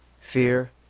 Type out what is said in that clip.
Fear